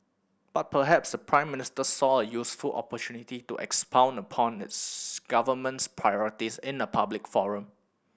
but perhaps the Prime Minister saw a useful opportunity to expound upon his government's priorities in a public forum